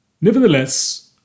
Nevertheless